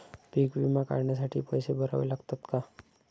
पीक विमा काढण्यासाठी पैसे भरावे लागतात का?